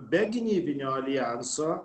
be gynybinio aljanso